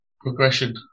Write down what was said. progression